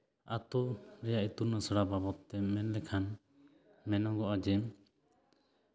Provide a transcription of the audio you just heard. ᱟᱹᱛᱩ ᱨᱮᱭᱟᱜ ᱤᱛᱩᱱ ᱟᱥᱲᱟ ᱵᱟᱵᱚᱫ ᱛᱮ ᱢᱮᱱ ᱞᱮᱠᱷᱟᱱ ᱢᱮᱱᱚᱜᱚᱜᱼᱟ ᱡᱮ